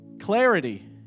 clarity